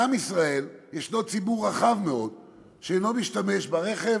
בעם ישראל יש ציבור רחב מאוד שאינו משתמש ברכב